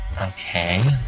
okay